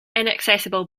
inaccessible